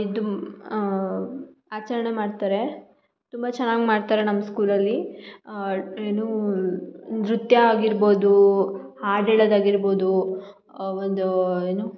ಇದು ಮ್ ಆಚರಣೆ ಮಾಡ್ತಾರೆ ತುಂಬ ಚೆನ್ನಾಗಿ ಮಾಡ್ತಾರೆ ನಮ್ಮ ಸ್ಕೂಲಲ್ಲಿ ಏನು ನೃತ್ಯ ಆಗಿರ್ಬೋದು ಹಾಡು ಹೇಳೋದಾಗಿರ್ಬೋದು ಒಂದು ಏನು